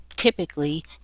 typically